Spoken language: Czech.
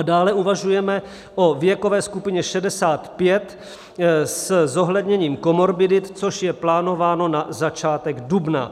Dále uvažujeme o věkové skupině 65 se zohledněním komorbidit, což je plánováno na začátek dubna.